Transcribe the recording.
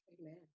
Amen